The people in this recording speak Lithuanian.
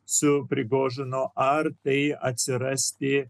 suprigožino ar tai atsirasti